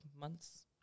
months